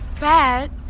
bad